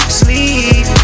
sleep